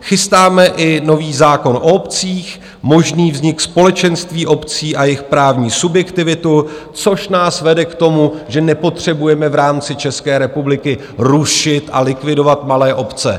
Chystáme i nový zákon o obcích, možný vznik společenství obcí a jejich právní subjektivitu, což nás vede k tomu, že nepotřebujeme v rámci České republiky rušit a likvidovat malé obce.